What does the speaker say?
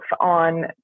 on